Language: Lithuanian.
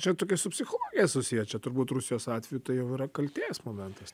čia tokia su psichologija susiję čia turbūt rusijos atveju tai jau yra kaltės momentas